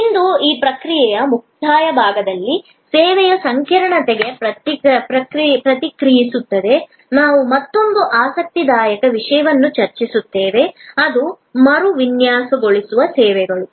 ಇಂದು ಈ ಪ್ರಕ್ರಿಯೆಯ ಮುಕ್ತಾಯ ವಿಭಾಗದಲ್ಲಿ ಸೇವೆಯ ಸಂಕೀರ್ಣತೆಗೆ ಪ್ರತಿಕ್ರಿಯಿಸುತ್ತದೆ ನಾವು ಮತ್ತೊಂದು ಆಸಕ್ತಿದಾಯಕ ವಿಷಯವನ್ನು ಚರ್ಚಿಸುತ್ತೇವೆ ಅದು ಮರುವಿನ್ಯಾಸಗೊಳಿಸುವ ಸೇವೆಗಳು